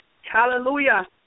Hallelujah